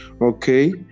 Okay